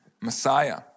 Messiah